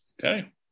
Okay